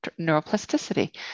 neuroplasticity